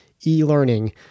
eLearning